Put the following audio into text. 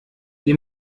die